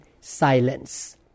silence